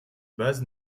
base